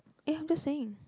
eh I'm just saying